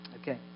Okay